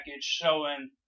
showing